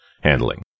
handling